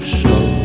show